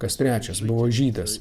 kas trečias buvo žydas